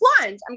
plunge